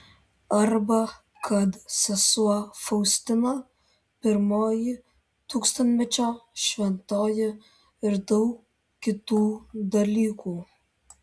arba kad sesuo faustina pirmoji tūkstantmečio šventoji ir daug kitų dalykų